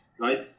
right